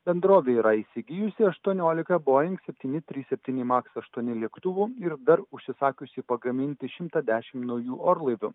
bendrovė yra įsigijusi aštuoniolika boing septyni trys septyni maks aštuoni lėktuvų ir dar užsisakiusi pagaminti šimtą dešim naujų orlaivių